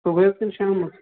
صُبحٲے حظ کِنہٕ شامَس